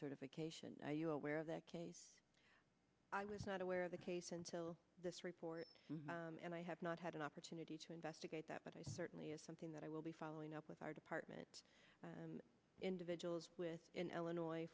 education are you aware of that case i was not aware of the case until this report and i have not had an opportunity to investigate that but i certainly is something that i will be following up with our department individuals with in illinois